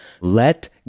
Let